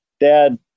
Dad